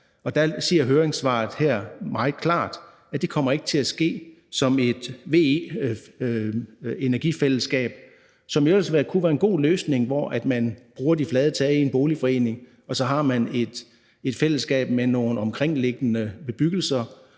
Der siger høringssvaret her meget klart, at det ikke kommer til at ske som et VE-energifællesskab, som jo ellers kunne være en god løsning, hvor man bruger de flade tage i en boligforening og så har et fællesskab med nogle omkringliggende bebyggelser,